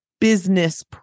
business